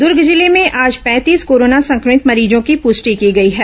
दूर्ग जिले में आज पैंतीस कोरोना संक्रमित मरीजों की पुष्टि की गई है